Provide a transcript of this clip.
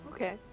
Okay